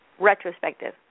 retrospective